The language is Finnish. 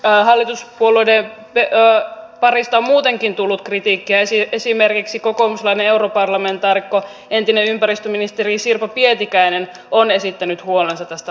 myös hallituspuolueiden parista on muutenkin tullut kritiikkiä esimerkiksi kokoomuslainen europarlamentaarikko entinen ympäristöministeri sirpa pietikäinen on esittänyt huolensa tästä lakiesityksestä